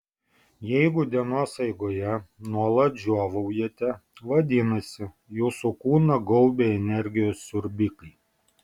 jeigu dienos eigoje nuolat žiovaujate vadinasi jūsų kūną gaubia energijos siurbikai